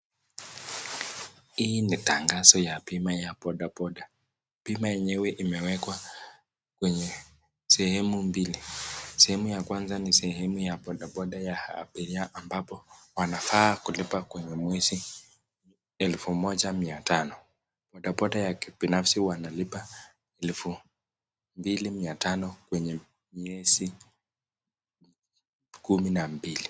Hii ni tangazo ya bima ya bodaboda. Bima yenyewe imewekwa kwenye sehemu mbili. Sehemu ya kwanza ni sehemu ya bodaboda ya abiria ambapo wanafaa kulipa kwenye mwezi elfu moja mia tano. Bodaboda ya kibinafsi wanalipa elfu mbili mia tano kwenye miezi kumi na mbili.